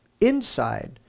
inside